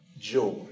joy